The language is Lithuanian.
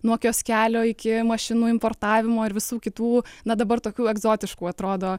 nuo kioskelio iki mašinų importavimo ir visų kitų na dabar tokių egzotiškų atrodo